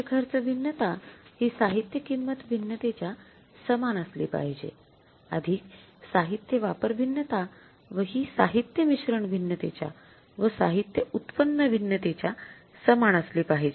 साहित्य खर्च भिन्नता हि साहित्य किंमत भिन्नतेच्या समान असली पाहिजे साहित्य वापर भिन्नता व हि साहित्य मिश्रण भिन्नतेच्या व साहित्य उत्पन्न भिन्नतेच्या समान असली पाहिजे